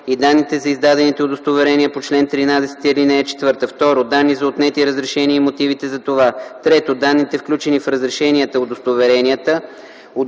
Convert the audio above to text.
и данни за издадените удостоверения по чл. 13, ал. 4; 2. данни за отнети разрешения и мотивите за това; 3. данните, включени в разрешенията/удостоверенията,